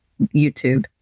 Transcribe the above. YouTube